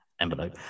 envelope